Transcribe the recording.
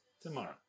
tomorrow